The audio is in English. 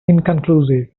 inconclusive